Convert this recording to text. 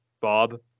Bob